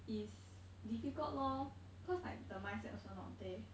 is difficult lor cause like the mindset also like not there